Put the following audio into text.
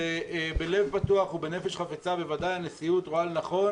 בלב פתוח ובנפש חפצה, בוודאי הנשיאות רואה לנכון